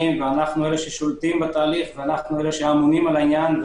ואלה ששולטים בתהליך ואמונים על העניין.